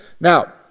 now